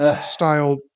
style